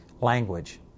language